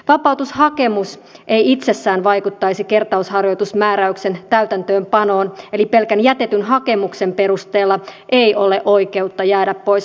vapautushakemus ei itsessään vaikuttaisi kertausharjoitusmääräyksen täytäntöönpanoon eli pelkän jätetyn hakemuksen perusteella ei ole oikeutta jäädä pois harjoituksesta